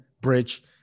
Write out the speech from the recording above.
Bridge